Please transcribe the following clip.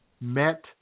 Met